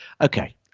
Okay